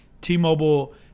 T-Mobile